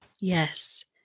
Yes